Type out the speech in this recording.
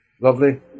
lovely